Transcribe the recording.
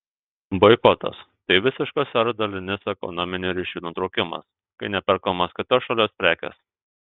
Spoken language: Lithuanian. boikotas tai visiškas ar dalinis ekonominių ryšių nutraukimas kai neperkamos kitos šalies prekės